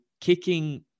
kicking